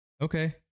Okay